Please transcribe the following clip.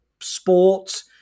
sports